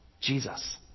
Jesus